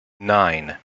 nine